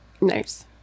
Nice